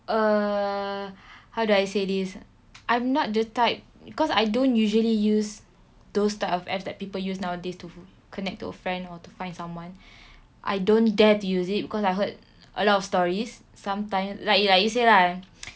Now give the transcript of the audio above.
err how do I say this I'm not the type because I don't usually use those type of apps that people use nowadays to connect to a friend or to find someone I don't dare to use it because I heard a lot of stories sometimes like like you say lah